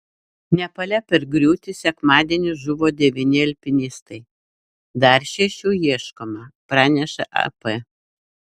nepale per griūtį sekmadienį žuvo devyni alpinistai dar šešių ieškoma praneša ap